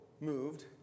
moved